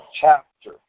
chapter